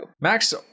Max